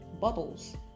bubbles